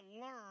learn